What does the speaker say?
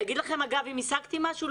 להגיד לכם אם השגתי משהו?